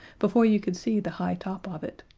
before you could see the high top of it.